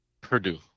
Purdue